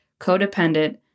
codependent